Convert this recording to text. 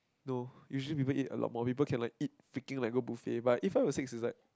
no usually people eat a lot while people can like eat picking like go buffet but eat five or six is that